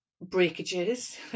breakages